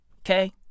Okay